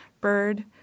Bird